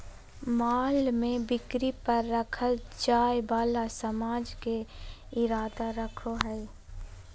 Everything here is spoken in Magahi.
माल में बिक्री पर रखल जाय वाला सामान के इरादा रखो हइ